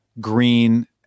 green